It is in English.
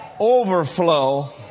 overflow